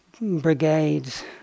brigades